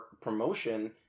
promotion